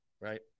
right